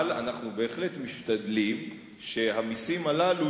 אבל אנחנו בהחלט משתדלים שהמסים הללו